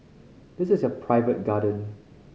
this is your private garden